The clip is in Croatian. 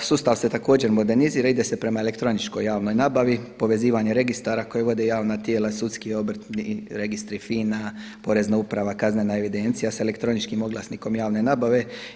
Sustav se također modernizira, ide se prema elektroničkoj javnoj nabavi, povezivanje registara koje vode javna tijela, sudski obrtni registri, fina, porezna uprava kaznena evidencija sa elektroničkim oglasnikom javne nabave.